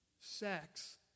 sex